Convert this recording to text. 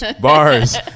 Bars